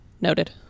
Noted